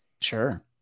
Sure